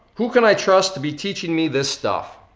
who can i trust to be teaching me this stuff?